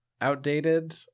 outdated